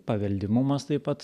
paveldimumas tai pat